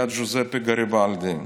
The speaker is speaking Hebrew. היה ג'וזפה גריבלדי.